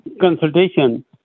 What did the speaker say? consultation